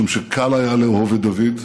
משום שקל היה לאהוב את דוד,